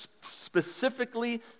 specifically